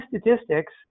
statistics